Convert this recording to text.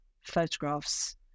photographs